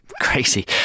crazy